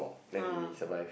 oh